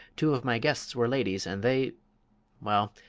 two of my guests were ladies, and they well,